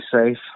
safe